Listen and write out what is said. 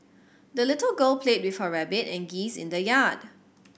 the little girl played with her rabbit and geese in the yard